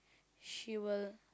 she will